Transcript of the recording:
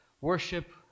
worship